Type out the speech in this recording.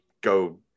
go